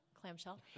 clamshell